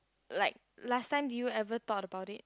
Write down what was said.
like last time did you ever thought about it